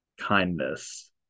Kindness